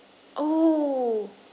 oh